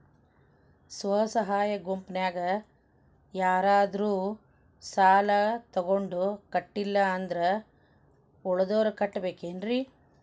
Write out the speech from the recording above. ಸ್ವ ಸಹಾಯ ಗುಂಪಿನ್ಯಾಗ ಯಾರಾದ್ರೂ ಸಾಲ ತಗೊಂಡು ಕಟ್ಟಿಲ್ಲ ಅಂದ್ರ ಉಳದೋರ್ ಕಟ್ಟಬೇಕೇನ್ರಿ?